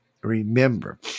Remember